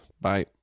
Bye